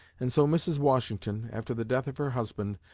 and so mrs. washington, after the death of her husband,